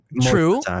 true